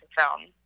film